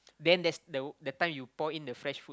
then that's the the time you pour in the fresh food